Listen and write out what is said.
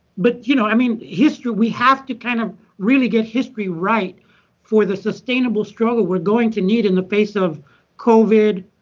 but you know i mean we have to kind of really get history right for the sustainable struggle we're going to need in the face of covid,